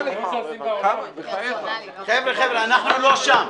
--- סליחה, חבר'ה, אנחנו לא שם.